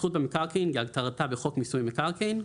"זכות במקרקעין" כהגדרתה בחוק מיסוי מקרקעין,